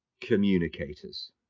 communicators